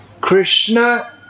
Krishna